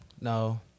no